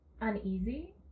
uneasy